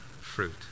fruit